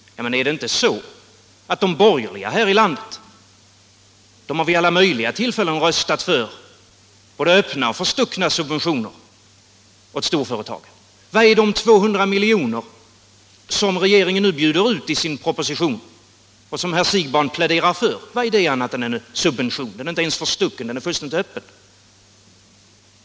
Har inte de borgerliga här i landet vid alla möjliga tillfällen röstat för både öppna och förstuckna subventioner åt storföretagen? Vad är de 200 milj.kr. som regeringen nu bjuder ut i sin proposition, och som herr Siegbahn pläderar för, annat än en subvention? Och den är inte ens förstucken, den är fullständigt öppen.